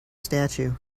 statue